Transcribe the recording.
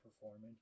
performing